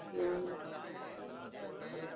हूं हूं